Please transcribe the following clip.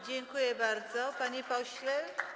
Dziękuję bardzo, panie pośle.